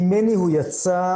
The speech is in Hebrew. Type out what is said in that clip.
ממני הוא יצא,